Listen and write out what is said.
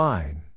Fine